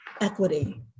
equity